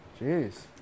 jeez